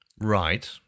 Right